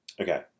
Okay